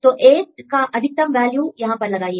तो 8 का अधिकतम वैल्यू यहां पर लगाइए